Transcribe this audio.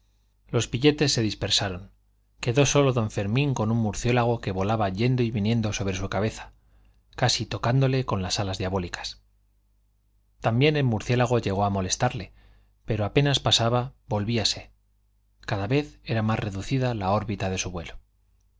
los pilletes se dispersaron quedó solo don fermín con un murciélago que volaba yendo y viniendo sobre su cabeza casi tocándole con las alas diabólicas también el murciélago llegó a molestarle apenas pasaba volvíase cada vez era más reducida la órbita de su vuelo